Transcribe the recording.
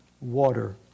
water